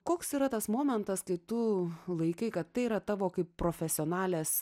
koks yra tas momentas kai tu laikai kad tai yra tavo kaip profesionalės